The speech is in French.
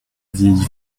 vieille